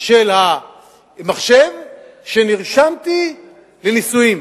של המחשב שנרשמתי לנישואים,